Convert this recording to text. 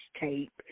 tape